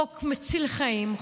חוק מציל חיים,